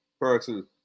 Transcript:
person